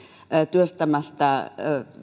työstämästä